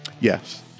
yes